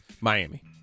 Miami